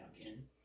again